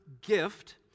gift